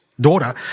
daughter